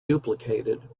duplicated